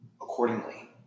accordingly